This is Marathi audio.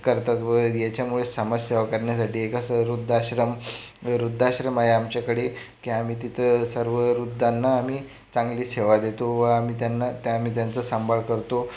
व याच्यामुळे समाजसेवा करण्यासाठी एक असं वृद्धाश्रम वृद्धाश्रम आहे आमच्याकडे की आम्ही तिथं सर्व वृध्दांना आम्ही चांगली सेवा देतो व आम्ही त्यांना आम्ही त्यांचा सांभाळ करतो